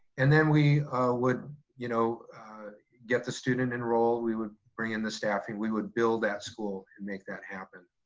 and then we would you know get the student enrolled, we would bring in the staffing, we would build that school and make that happen.